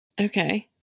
okay